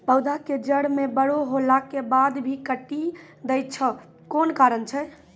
पौधा के जड़ म बड़ो होला के बाद भी काटी दै छै कोन कारण छै?